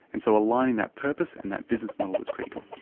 and so aligning that purpose and that business model was critical.